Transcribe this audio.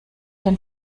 den